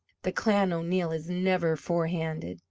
the clan o'neill is never forehanded.